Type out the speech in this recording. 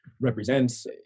represents